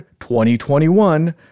2021